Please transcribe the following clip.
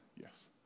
Yes